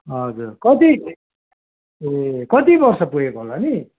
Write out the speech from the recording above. हजुर कति ए कति वर्ष पुगेको होला नि